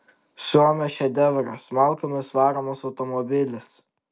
suomio šedevras malkomis varomas automobilis